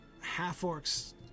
half-orc's